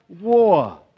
war